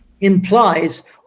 implies